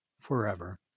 forever